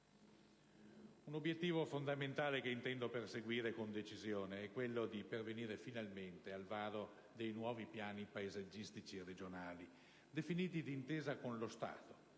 Un obiettivo fondamentale che intendo perseguire con decisione è quello di pervenire finalmente al varo dei nuovi piani paesaggistici regionali, definiti d'intesa con lo Stato,